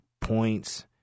points